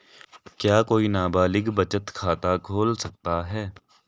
क्या कोई नाबालिग बचत खाता खोल सकता है?